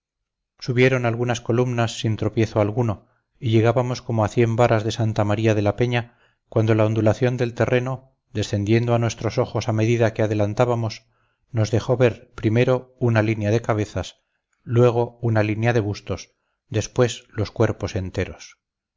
subieron algunas columnas sin tropiezo alguno y llegábamos como a cien varas de santa maría de la peña cuando la ondulación del terreno descendiendo a nuestros ojos a medida que adelantábamos nos dejó ver primero una línea de cabezas luego una línea de bustos después los cuerpos enteros